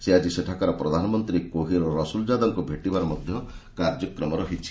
ସେ ଆଜି ସେଠାକାର ପ୍ରଧାନମନ୍ତ୍ରୀ କୋହିର ରସ୍କୁଲ୍ଜାଦାଙ୍କୁ ଭେଟିବାର କାର୍ଯ୍ୟକ୍ରମ ରହିଛି